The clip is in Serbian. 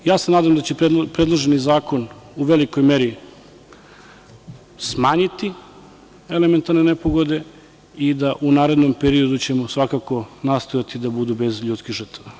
Ja se nadam da će predloženi zakon u velikoj meri smanjiti elementarne nepogode i da ćemo u narednom periodu svakako nastojati da budu bez ljudskih žrtava.